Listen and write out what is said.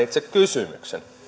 itse kysymyksen